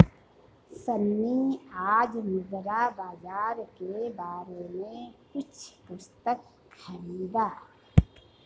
सन्नी आज मुद्रा बाजार के बारे में कुछ पुस्तक खरीदा